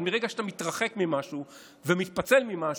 אבל מרגע שאתה מתרחק ממשהו ומתפצל ממשהו,